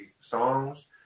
songs